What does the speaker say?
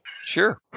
Sure